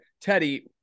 Teddy